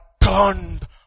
turned